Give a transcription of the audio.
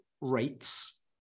rates